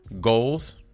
Goals